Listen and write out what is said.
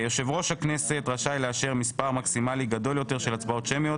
יושב ראש הכנסת רשאי לאשר מספר מקסימאלי גדול יותר של הצבעות שמיות,